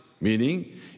meaning